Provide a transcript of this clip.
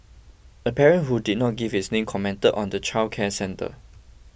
a parent who did not give his name commented on the childcare centre